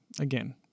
Again